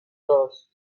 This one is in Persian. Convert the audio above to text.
راست